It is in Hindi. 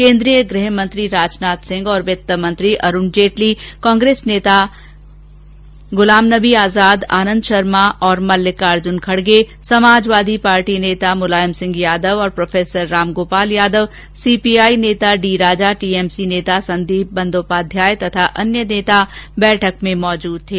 केन्द्रीय गृह मंत्री राजनाथ सिंह और वित्त मंत्री अरूण जेटली कांग्रेस नेता गुलाम नबी आजाद आनन्द शर्मा और मल्लिकार्जुन खड़गे समाजवादी पार्टी नेता मुलायम सिंह यादव तथा प्रोफेसर राम गोपाल यादव सीपीआई नेता डी राजा टीएमसी नेता सुदीप बंदोपाध्याय तथा अन्य नेता बैठक में मौजूद थे